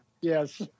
Yes